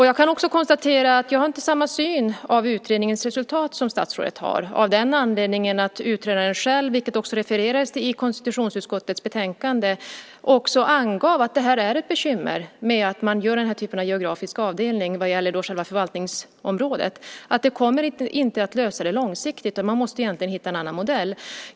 Jag kan också konstatera att jag inte har samma syn på utredningens resultat som statsrådet har av den anledningen att utredaren själv, vilket också refererades till i konstitutionsutskottets betänkande, också angav att det finns ett bekymmer med att man gör den här typen av geografisk avdelning för själva förvaltningsområdet. Det här kommer inte att lösa problemet långsiktigt, utan man måste egentligen hitta en annan modell.